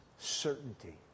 certainty